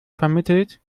vermittelt